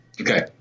Okay